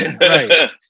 right